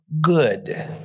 good